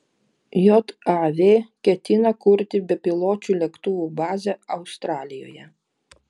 jav ketina kurti bepiločių lėktuvų bazę australijoje